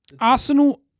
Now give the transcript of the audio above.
Arsenal